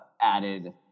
added